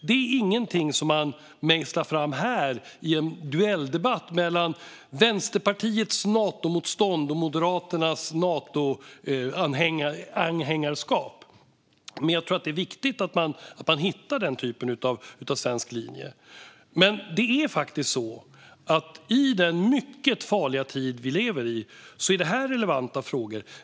Det är inget som man mejslar fram här, i en debattduell mellan Vänsterpartiets Natomotstånd och Moderaternas Natoanhängarskap. Men jag tror att det är viktigt att man hittar den typen av svensk linje. Det är faktiskt så att i den mycket farliga tid vi lever i är detta relevanta frågor.